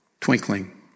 twinkling